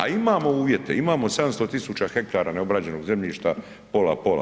A imamo uvjete, imamo 700 tisuća hektara neobrađenog zemljišta, pola-pola.